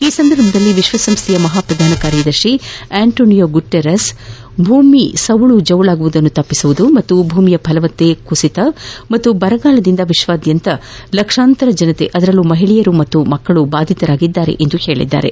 ಈ ಸಂದರ್ಭದಲ್ಲಿ ವಿಶ್ವ ಸಂಸ್ದೆಯ ಮಹಾ ಪ್ರಧಾನ ಕಾರ್ಯದರ್ಶಿ ಆಂಟೋನಿಯೋ ಗುತೇರಸ್ ಭೂಮಿ ಸವುಳು ಜವುಳು ತಪ್ಪಿಸುವುದು ಮತ್ತು ಭೂಮಿಯ ಫಲವತ್ತತೆಯು ಕುಸಿತ ಮತ್ತು ಬರದಿಂದ ವಿಶ್ವದಾದ್ಯಂತ ಲಕ್ಷಾಂತರ ಜನರು ಅದರಲ್ಲೂ ಮಹಿಳೆಯರು ಮತ್ತು ಮಕ್ಕಳು ಬಾಧಿತರಾಗಿದ್ದಾರೆ ಎಂದು ಹೇಳಿದ್ದಾರೆ